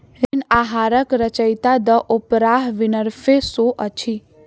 ऋण आहारक रचयिता द ओपराह विनफ्रे शो अछि